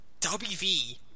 Wv